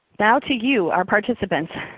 now to you our participants,